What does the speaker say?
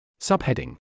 Subheading